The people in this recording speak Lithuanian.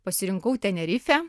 pasirinkau tenerifę